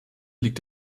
liegt